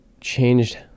changed